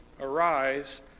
Arise